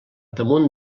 damunt